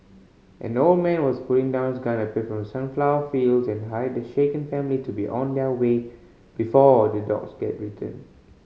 an old man was putting down his gun appeared from the sunflower fields and hurried the shaken family to be on their way before the dogs return